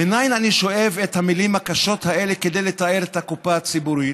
מנין אני שואב את המילים הקשות האלה כדי לתאר את הקופה הציבורית?